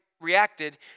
reacted